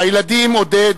הילדים, עודד,